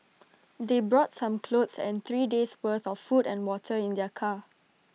they brought some clothes and three days' worth of food and water in their car